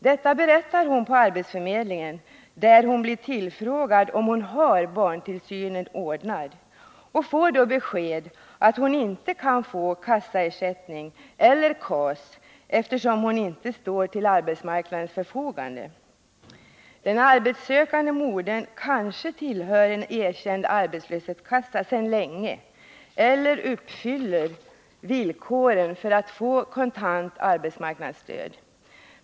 Detta berättar hon på arbetsförmedlingen, där hon blir tillfrågad om hon har barntillsynen ordnad, och får då besked att hon inte kan få kassaersättning eller kontant arbetsmarknadsstöd, KAS, eftersom hon inte står till arbetsmarknadens förfogande. Den arbetssökande modern kanske sedan länge tillhör en erkänd arbetslöshetskassa eller uppfyller villkoren för att få kontant arbetsmarknadsstöd.